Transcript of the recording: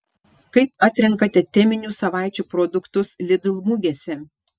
kaip atrenkate teminių savaičių produktus lidl mugėse